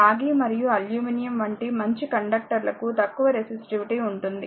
రాగి మరియు అల్యూమినియం వంటి మంచి కండక్టర్లకు తక్కువ రెసిస్టివిటీ ఉంటుంది